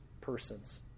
persons